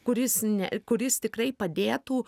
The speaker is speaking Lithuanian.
kuris ne kuris tikrai padėtų